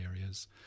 areas